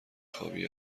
خوابی